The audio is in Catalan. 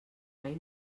mai